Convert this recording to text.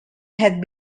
had